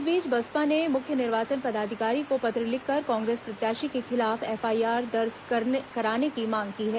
इस बीच बसपा ने मुख्य निर्वाचन पदाधिकारी को पत्र लिखकर कांग्रेस प्रत्याशी के खिलाफ एफआईआर दर्ज कराने की मांग की है